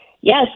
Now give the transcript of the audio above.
Yes